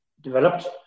developed